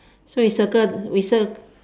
so you circle we cir~